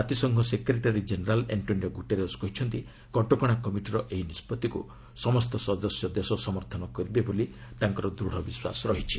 ଜାତିସଂଘ secretary general Antonio Guterres କହିଛନ୍ତି କଟକଣା କମିଟିର ଏହି ନିଷ୍ପଭିକୁ ସମସ୍ତ ସଦସ୍ୟ ଦେଶ ସମର୍ଥନ କରିବେ ବୋଲି ତାଙ୍କର ଦୃଢ଼ ବିଶ୍ୱାସ ରହିଛି